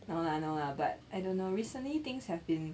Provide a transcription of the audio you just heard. no lah no lah but I don't know recently things have been